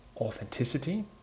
Authenticity